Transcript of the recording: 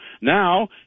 Now